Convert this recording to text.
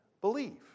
believe